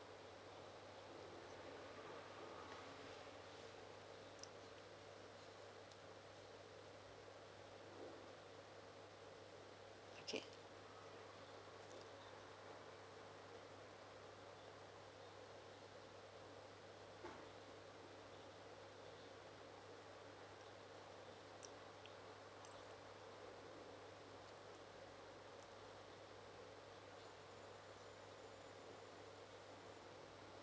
okay